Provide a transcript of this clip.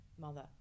mother